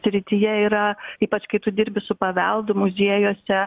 srityje yra ypač kai tu dirbi su paveldu muziejuose